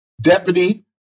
deputy